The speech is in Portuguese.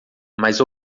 mas